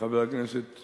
שחבר הכנסת